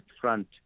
front